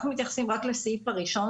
אנחנו אכן כמו עמדת הממשלה,